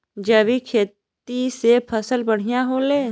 जैविक खेती से फसल बढ़िया होले